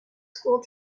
school